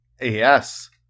yes